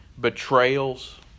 betrayals